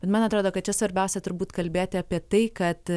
bet man atrodo kad čia svarbiausia turbūt kalbėti apie tai kad